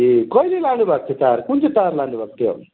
ए कहिले लानुभएको थियो तार कुन चाहिँ तार लानुभएको थियो